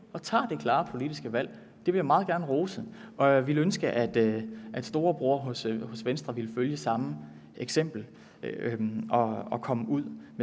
man tager det klare politiske valg. Det vil jeg meget gerne rose, og jeg ville ønske, at storebror hos Venstre ville følge samme eksempel og komme ud med